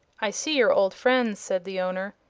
i see you're old friends, said the owner.